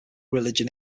religion